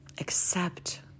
accept